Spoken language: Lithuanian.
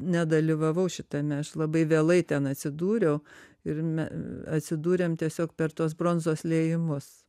nedalyvavau šitame aš labai vėlai ten atsidūriau ir me atsidūrėm tiesiog per tuos bronzos liejimus